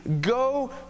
go